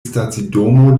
stacidomo